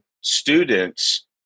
students